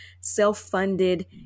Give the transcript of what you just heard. self-funded